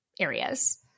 areas